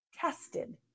tested